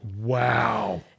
Wow